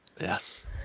Yes